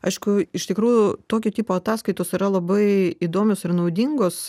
aišku iš tikrųjų tokio tipo ataskaitos yra labai įdomios ir naudingos